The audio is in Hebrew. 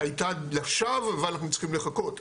הייתה לשווא ואנחנו צריכים לחכות.